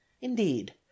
indeed